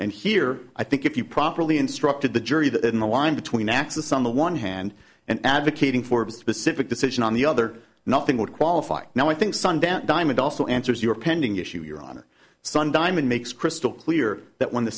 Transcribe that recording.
and here i think if you properly instructed the jury that in the line between axis on the one hand and advocating forbes specific decision on the other nothing would qualify now i think sundown diamond also answers your pending issue your honor sun diamond makes crystal clear that when the